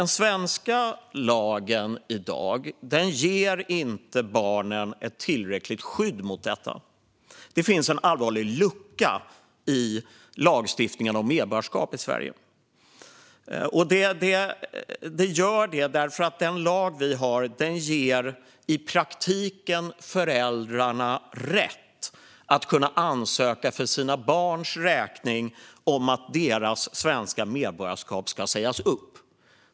I dag ger inte den svenska lagen barnen ett tillräckligt skydd mot detta. Det finns en allvarlig lucka i lagstiftningen om medborgarskap i Sverige, och det är att lagen i praktiken ger föräldrarna rätt att för sina barns räkning ansöka om att deras svenska medborgarskap ska sägas upp.